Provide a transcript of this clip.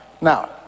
Now